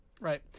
Right